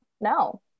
no